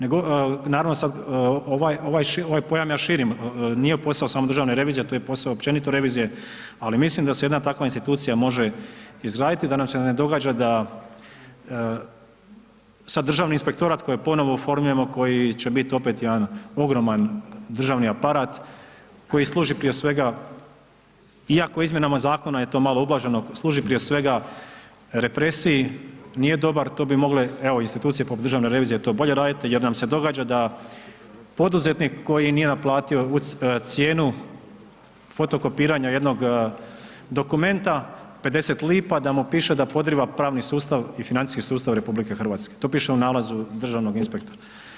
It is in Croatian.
Ne govorim, naravno sad ovaj, ovaj, ovaj pojam ja širim, nije posao samo državne revizije to je i posao općenito revizije, ali mislim da se jedna takva institucija može izgraditi da nam se ne događa da sad Državni inspektorat koji ponovno oformljujemo, koji će bit opet jedan ogroman državni aparat koji služi prije svega, iako je izmjenama zakona je to malo ublaženo, služi prije svega represiji, nije dobar, to bi mogle, evo, institucije poput Državne revizije, to bolje radit jer nam se događa da poduzetnik koji nije naplatio cijenu fotokopiranja jednog dokumenta 0,50 kn da mu piše da podriva pravni sustav i financijski sustav RH, to piše u nalazu državnog inspektora.